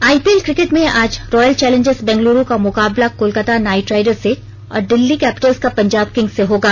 IPL cricket में आज royal challengers Bengaluru का मुकाबला कोलकाता नाइट राइडर्स से और दिल्ली कैपिटल्स का पंजाब किंग्स से होगा